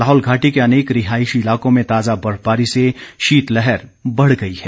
लाहौल घाटी के अनेक रिहायशी इलाकों में ताजा बर्फबारी से शीतलहर बढ़ गई है